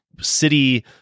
city